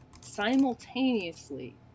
simultaneously